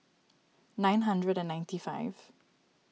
nine hundred and ninety five